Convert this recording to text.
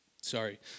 sorry